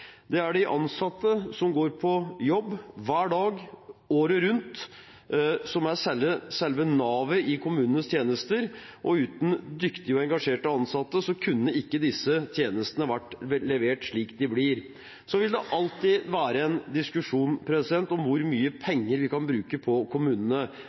Det er de ansatte som går på jobb hver dag året rundt, som er selve navet i kommunenes tjenester. Uten dyktige og engasjerte ansatte kunne ikke disse tjenestene blitt levert slik de blir. Det vil alltid være en diskusjon om hvor mye penger vi kan bruke på kommunene: